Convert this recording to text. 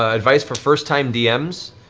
ah advice for first-time dms.